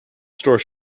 store